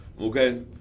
okay